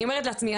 ואני אומרת לעצמי,